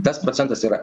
tas procentas yra